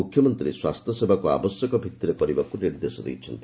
ମୁଖ୍ୟମନ୍ତ୍ରୀ ସ୍ୱାସ୍ଥ୍ୟସେବାକୁ ଆବଶ୍ୟକ ଭିତ୍ତିରେ କରିବାକୁ ନିର୍ଦ୍ଦେଶ ଦେଇଛନ୍ତି